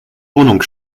wohnung